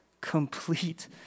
complete